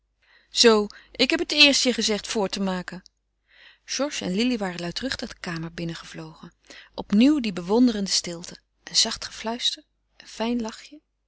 zoo ik heb het eerst je gezegd voort te maken georges en lili waren luidruchtig de kamer binnengevlogen opnieuw die bewonderende stilte een zacht gefluister een fijn lachje